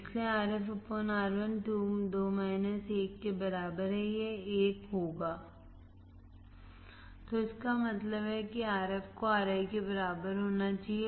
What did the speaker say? इसलिए Rf Ri 2 1 के बराबर है यह 1 होगा तो इसका मतलब है कि Rf को Ri के बराबर होना चाहिए